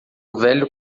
velho